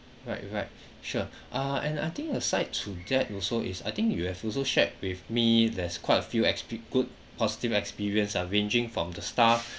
right right sure uh and I think aside to that also it's I think you have also shared with me there's quite a few expe~ good positive experience ah ranging from the staff